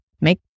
make